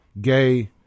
gay